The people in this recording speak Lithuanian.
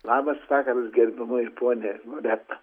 labas vakaras gerbiamoji ponia loreta